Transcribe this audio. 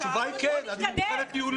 התשובה היא כן, אני מומחה לטיולים.